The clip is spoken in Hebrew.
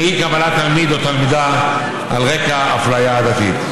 אי-קבלת תלמיד או תלמידה על רקע אפליה עדתית.